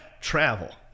travel